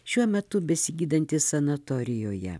šiuo metu besigydanti sanatorijoje